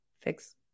Fix